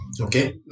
okay